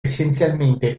essenzialmente